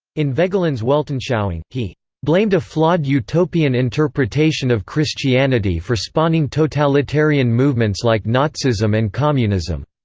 in voegelin's weltanschauung, he blamed a flawed utopian interpretation of christianity for spawning totalitarian movements like nazism and communism.